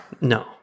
No